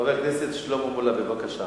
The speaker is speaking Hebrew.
חבר הכנסת שלמה מולה, בבקשה,